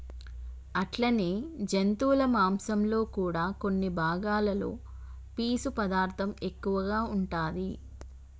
అట్లనే జంతువుల మాంసంలో కూడా కొన్ని భాగాలలో పీసు పదార్థం ఎక్కువగా ఉంటాది